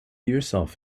yourself